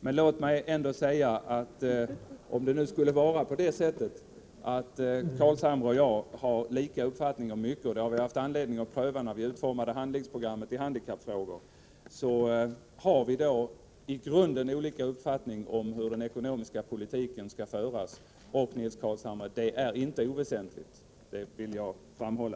Låt mig ändå säga att även om Nils Carlshamre och jag har samma uppfattning om mycket — det har vi haft anledning att pröva när vi utformade handlingsprogrammet i handikappfrågor — har vi i grunden olika uppfattning om hur den ekonomiska politiken skall föras, och, Nils Carlshamre, det är inte oväsentligt! Det vill jag framhålla.